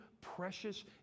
precious